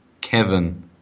kevin